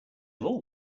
all